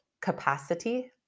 capacity